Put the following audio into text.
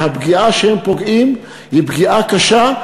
והפגיעה שהם פוגעים היא פגיעה קשה,